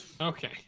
Okay